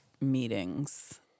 meetings